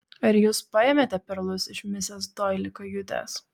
ar jūs paėmėte perlus iš misis doili kajutės